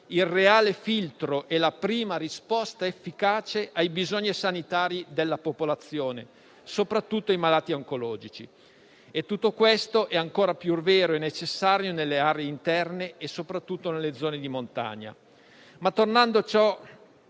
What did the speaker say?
il reale filtro e la prima risposta efficace ai bisogni sanitari della popolazione, soprattutto dei malati oncologici. Tutto questo è ancora più vero e necessario nelle aree interne, soprattutto nelle zone di montagna. Tornando a ciò